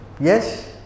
Yes